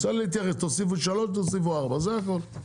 תוסיפו 3 תוסיפו 4. זה הכל.